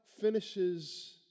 finishes